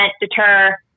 deter